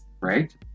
right